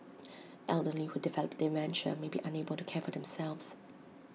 elderly who develop dementia may be unable to care for themselves